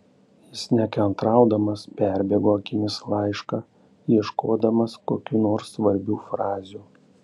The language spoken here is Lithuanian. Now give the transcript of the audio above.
jis nekantraudamas perbėgo akimis laišką ieškodamas kokių nors svarbių frazių